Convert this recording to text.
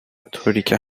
بطوریکه